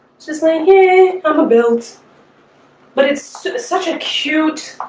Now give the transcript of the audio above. just laying here. i'm a build but it's such a cute